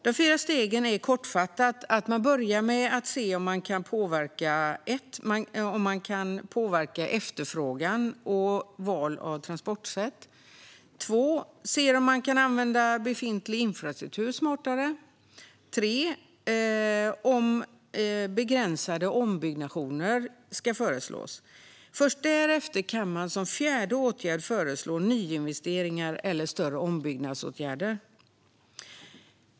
De fyra stegen innebär kortfattat att man för det första ser om man kan påverka efterfrågan och val av transportsätt, för det andra ser om man kan använda befintlig infrastruktur smartare, för det tredje ser om begränsade ombyggnationer ska föreslås. Först därefter kan man som fjärde åtgärd föreslå nyinvesteringar eller större ombyggnadsåtgärder.